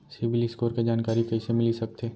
CIBIL score के जानकारी कइसे मिलिस सकथे?